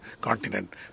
continent